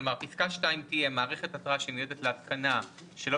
כלומר פסקה (2) תהיה: "מערכת התרעה שמיועדת להתקנה שלא